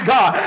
God